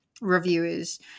reviewers